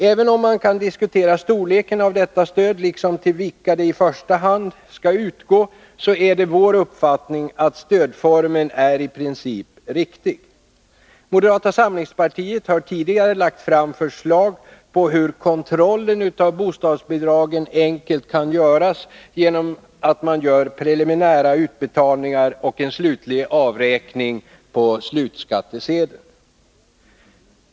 Även om man kan diskutera storleken av detta stöd, liksom till vilka det i första hand skall utgå, är det vår uppfattning att stödformen är i princip riktig. Moderata samlingspartiet har tidigare lagt fram förslag på hur kontrollen av bostadsbidragen enkelt kan göras genom preliminärutbetalningar och en slutlig avräkning på slutskattesedeln.